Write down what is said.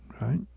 right